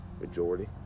majority